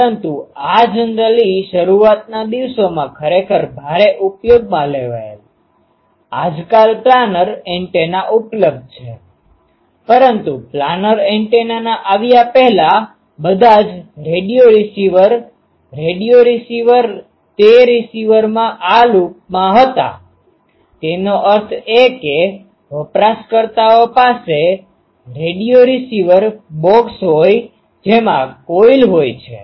પરંતુ આ જનરલી શરૂઆતના દિવસોમાં ખરેખર ભારે ઉપયોગમાં લેવાયેલ આજકાલ પ્લાનર એન્ટેના ઉપલબ્ધ છે પરંતુ પ્લાનર એન્ટેનાના આવ્યા પહેલાં બધા જ રેડિયો રીસીવર્સ રેડિયો રીસીવર તે રીસીવરમાં આ લૂપ હતા તેનો અર્થ એ કે વપરાશકર્તાઓ પાસે રેડિયો રીસીવર બોક્સ હોય જેમાં કોઇલ હોય છે